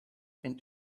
and